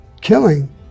killing